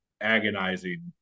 agonizing